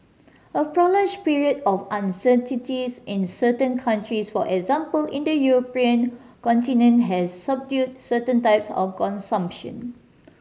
a prolonged period of uncertainties in certain countries for example in the European continent has subdued certain types of consumption